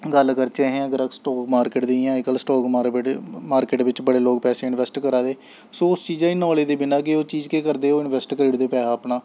गल्ल करचै अस अगर अस स्टाक मार्केट दी जि'यां अजकल्ल स्टाक मार्केट मार्केट बिच्च बड़े लोग पैसे इंवैस्ट करा दे सो उस चीजा दी नालेज दे बिना गै ओह् चीज केह् करदे ओह् इंवैस्ट करी ओड़दे पैहा अपना